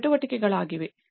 ಈ ವರ್ಗದ ಅಡಿಯಲ್ಲಿ ನೋಡಲಾಗಿದೆ